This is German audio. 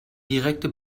direkte